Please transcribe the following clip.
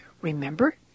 remember